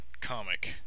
comic